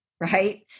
right